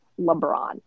LeBron